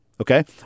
Okay